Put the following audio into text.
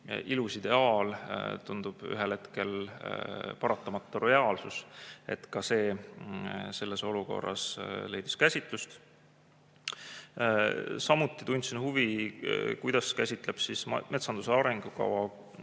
ilus ideaal, tundub ühel hetkel paratamatu reaalsus. Ka see teema selles olukorras leidis käsitlust. Samuti tundsin huvi, kuidas käsitleb metsanduse arengukava